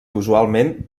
usualment